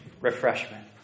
refreshment